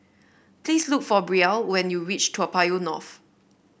please look for Brielle when you reach Toa Payoh North